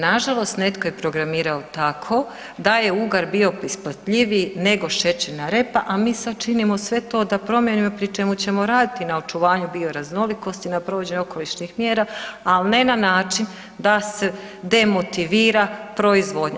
Nažalost, netko je programirao tako da je ugar bio isplatljiviji nego šećerna repa, a mi sad činimo sve to da promijenimo i pri čemu ćemo raditi na očuvanju bioraznolikosti i na provođenju okolišnih mjera, al ne na način da se demotivira proizvodnja.